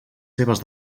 seves